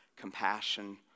compassion